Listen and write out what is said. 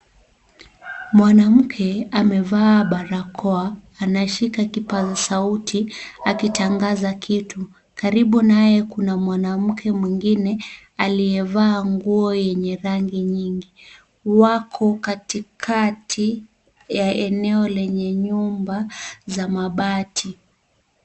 Mwanamke amevaa barakoa anashika kipasa sauti akitangaza kitu, karibu naye kuna mwanamke mwingine aliyevaa nguo yenye rangi nyingi, wako kati kati ya eneo lenye nyumba za mabati.